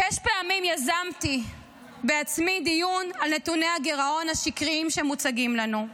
שש פעמים יזמתי בעצמי דיון על נתוני הגירעון השקריים שמוצגים לנו.